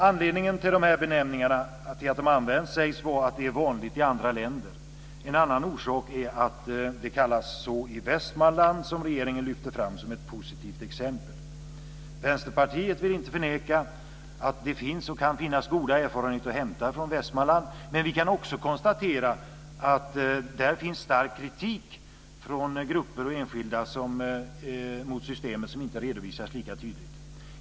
Anledningen till att dessa benämningar används sägs vara att de är vanliga i andra länder. En annan orsak är att de finns i Västmanland, som regeringen har lyft fram som ett positivt exempel. Vänsterpartiet vill inte förneka att det finns, och kan finnas, goda erfarenheter att hämta från Västmanland, men vi kan också konstatera att där finns stark kritik från grupper och enskilda mot systemet som inte redovisats lika tydligt.